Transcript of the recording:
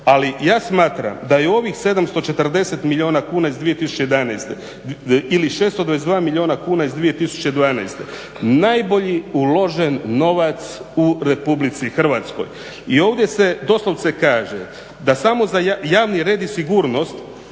ali ja smatram da je ovih 740 milijuna kuna iz 2011. ili 622 milijuna kuna iz 2012. najbolji uložen novac u RH i ovdje se doslovce kaže da samo za javni red i sigurnost,